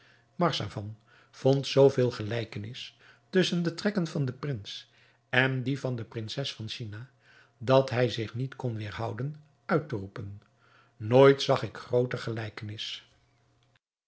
marzavan vond zoo veel gelijkenis tusschen de trekken van den prins en die van de prinses van china dat hij zich niet kon weêrhouden uit te roepen nooit zag ik grooter gelijkenis